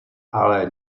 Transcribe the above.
ale